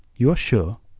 you are sure?